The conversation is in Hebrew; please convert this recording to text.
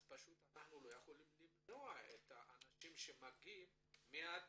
אז פשוט אנחנו לא יכולים למנוע מהאנשים שמגיעים ומיד